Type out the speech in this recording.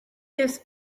this